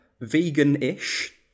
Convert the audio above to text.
vegan-ish